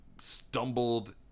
stumbled